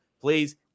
please